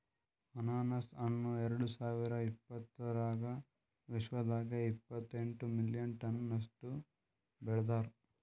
ಅನಾನಸ್ ಹಣ್ಣ ಎರಡು ಸಾವಿರ ಇಪ್ಪತ್ತರಾಗ ವಿಶ್ವದಾಗೆ ಇಪ್ಪತ್ತೆಂಟು ಮಿಲಿಯನ್ ಟನ್ಸ್ ಅಷ್ಟು ಬೆಳದಾರ್